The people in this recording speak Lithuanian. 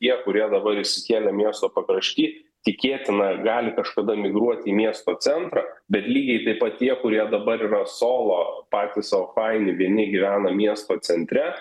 tie kurie dabar išsikėlė miesto pakrašty tikėtina gali kažkada migruoti į miesto centrą bet lygiai taip pat tie kurie dabar yra solo patys sau faini vieni gyvena miesto centre